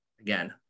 again